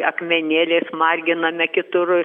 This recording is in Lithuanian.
akmenėliais marginame kitur